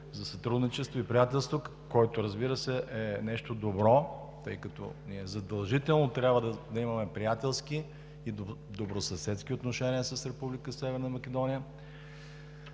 за сътрудничество и приятелство, който, разбира се, е нещо добро. Защото ние задължително трябва да имаме приятелски и добросъседски отношения с Република